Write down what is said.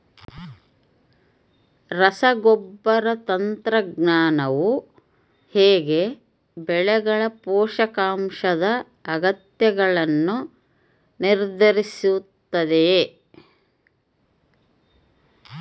ರಸಗೊಬ್ಬರ ತಂತ್ರಜ್ಞಾನವು ಹೇಗೆ ಬೆಳೆಗಳ ಪೋಷಕಾಂಶದ ಅಗತ್ಯಗಳನ್ನು ನಿರ್ಧರಿಸುತ್ತದೆ?